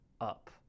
up